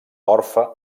orfe